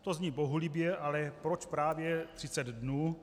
To zní bohulibě, ale proč právě 30 dnů?